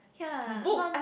ya not